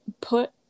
put